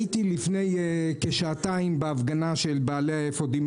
הייתי לפני כשעתיים בהפגנה של האפודים